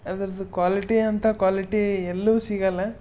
ಅದರದ್ದು ಕ್ವಾಲಿಟಿ ಅಂಥ ಕ್ವಾಲಿಟಿ ಎಲ್ಲೂ ಸಿಗೋಲ್ಲ